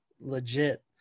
legit